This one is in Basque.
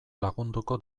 lagunduko